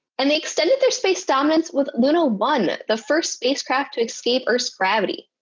and they extended their space dominance with luna one the first spacecraft to escape earth's gravity,